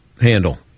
handle